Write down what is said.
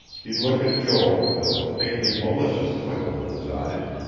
he looked at joel, with a faintly malicious twinkle in his eyes.